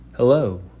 Hello